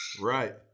Right